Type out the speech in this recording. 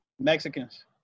mexicans